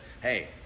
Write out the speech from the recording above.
hey